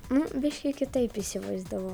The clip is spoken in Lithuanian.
nu biški kitaip įsivaizdavau